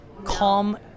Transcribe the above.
calm